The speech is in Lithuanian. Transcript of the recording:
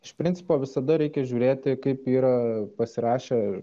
iš principo visada reikia žiūrėti kaip yra pasirašę